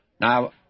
Now